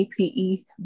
APE